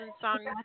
song